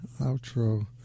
outro